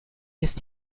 ist